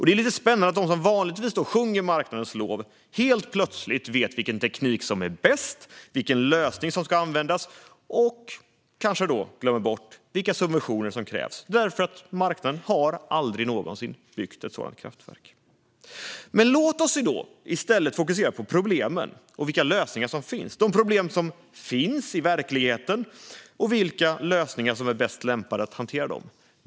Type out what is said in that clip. Det är lite spännande att de som vanligtvis sjunger marknadens lov helt plötsligt vet vilken teknik som är bäst och vilken lösning som ska användas men kanske glömmer bort vilka subventioner som krävs, därför att marknaden aldrig någonsin har byggt ett sådant kraftverk. Låt oss i stället fokusera på problemen och vilka lösningar som finns, alltså de problem som finns i verkligheten och vilka lösningar som är bäst lämpade att hantera dem.